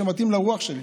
שמתאים לרוח שלי.